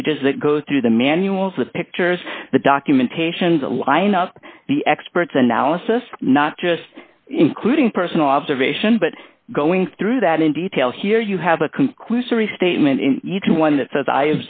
pages that go through the manuals the pictures the documentation the lineup the experts analysis not just including personal observation but going through that in detail here you have a conclusory statement in each one that says i